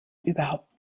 überhaupt